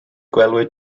gwelwyd